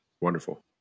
Wonderful